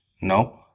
No